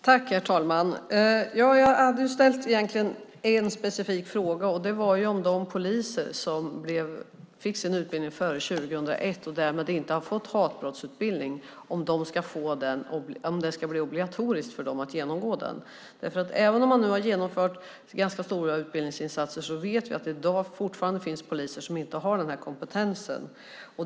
Herr talman! Jag ställde egentligen en specifik fråga. Den gällde om det ska bli obligatoriskt att genomgå en hatbrottsutbildning för de poliser som fick sin utbildning före 2001 och inte fick en sådan. Även om man har genomfört ganska stora utbildningsinsatser vet vi att det fortfarande finns poliser som inte har denna kompetens.